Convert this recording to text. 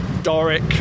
Doric